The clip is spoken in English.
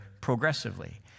progressively